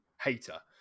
hater